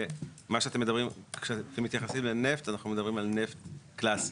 מה שאתם מדברים כשאתם מתייחסים לנפט אז אנחנו מדברים על נפט קלאסי.